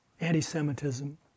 anti-Semitism